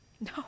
no